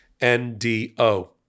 NDO